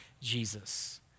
Jesus